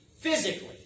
physically